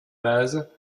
base